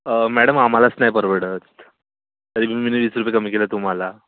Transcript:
madam आम्हालाच नाही परवडत तरी बी मीनी वीस रुपये कमी केले तुम्हाला